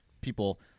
people